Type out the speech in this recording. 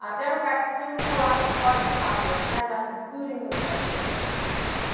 ah democrats soon co-opted parts of the populist agenda, including the progressive income tax.